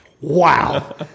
wow